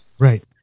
right